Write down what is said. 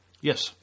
Yes